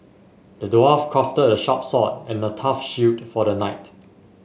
the dwarf crafted a sharp sword and a tough shield for the knight